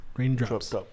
raindrops